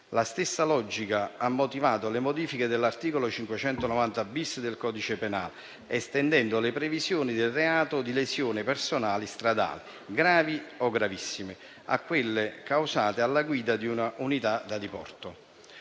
La stessa logica ha motivato le modifiche dell'articolo 590-*bis* del codice penale, estendendo le previsioni del reato di lesioni personali stradali gravi o gravissime a quelle causate alla guida di un'unità da diporto,